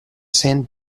sand